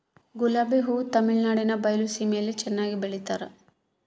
ಗುಲಾಬಿ ಹೂ ತಮಿಳುನಾಡಿನ ಬಯಲು ಸೀಮೆಯಲ್ಲಿ ಚೆನ್ನಾಗಿ ಬೆಳಿತಾರ